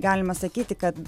galima sakyti kad